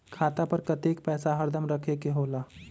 खाता पर कतेक पैसा हरदम रखखे के होला?